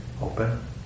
Open